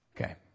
Okay